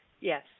Yes